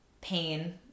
pain